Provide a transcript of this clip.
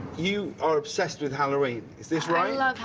you are obsessed with halloween is this right? i